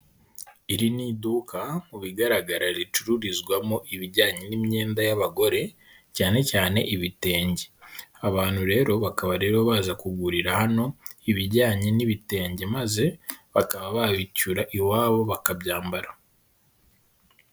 Iri ni iduka mu bigaragara ricururizwamo ibijyanye n'imyenda y'abagore, cyane cyane ibitenge. Abantu rero bakaba rero baza kugurira hano, ibijyanye n'ibitenge maze bakaba babicyura iwabo bakabyambara.